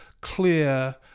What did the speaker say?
clear